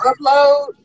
upload